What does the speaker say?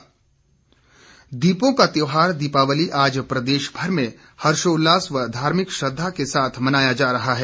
दीपावली दीपों का त्यौहार दीपावली आज प्रदेशभर में हर्षोल्लास व धार्मिक श्रद्धा के साथ मनाया जा रहा है